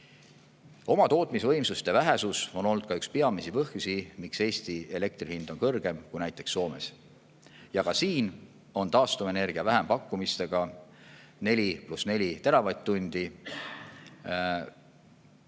Oma tootmisvõimsuste vähesus on olnud ka üks peamisi põhjusi, miks Eesti elektri hind on kõrgem kui näiteks Soomes. Ja ka siin on taastuvenergia vähempakkumistega 4 + 4 teravatt-tundi